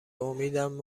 امیدم